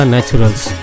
Naturals